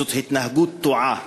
זאת התנהגות תועה,